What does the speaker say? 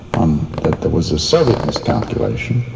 that there was ah soviet miscalculation.